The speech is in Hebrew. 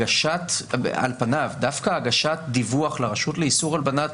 על פניו דווקא הגשת דיווח לרשות לאיסור הלבנת